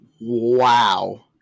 Wow